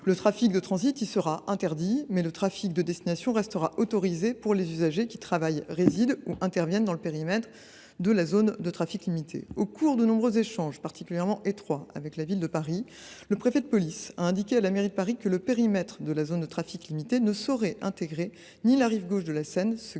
Le trafic de transit y sera interdit, mais le trafic de destination restera autorisé pour les usagers qui travaillent, résident ou interviennent dans le périmètre de la ZTL. Au cours de nombreux échanges, particulièrement étroits, avec la Ville de Paris, le préfet de police a indiqué à la maire de Paris que le périmètre de la ZTL ne saurait intégrer la rive gauche de la Seine, ce